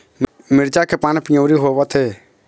मिरचा के पान हर पिवरी होवथे?